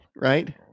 right